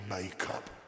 makeup